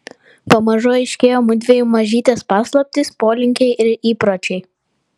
pamažu aiškėjo mudviejų mažytės paslaptys polinkiai ir įpročiai